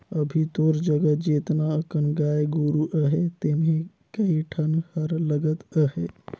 अभी तोर जघा जेतना अकन गाय गोरु अहे तेम्हे कए ठन हर लगत अहे